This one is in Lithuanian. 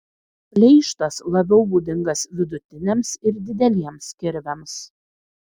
pleištas labiau būdingas vidutiniams ir dideliems kirviams